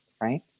right